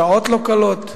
שעות לא קלות.